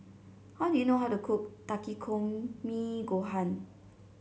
how do you know how to cook Takikomi Gohan